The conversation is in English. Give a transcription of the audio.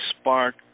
spark